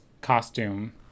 costume